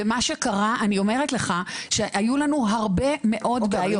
ומה שקרה, אני אומרת לך, היו לנו הרבה מאוד בעיות.